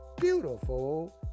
beautiful